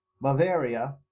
bavaria